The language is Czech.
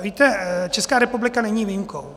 Víte, Česká republika není výjimkou.